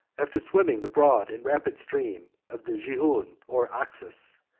after swimming the broad and rapid steam of the jihoon, or oxus,